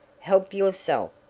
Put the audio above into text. help yourself.